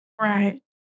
Right